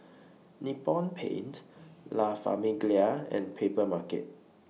Nippon Paint La Famiglia and Papermarket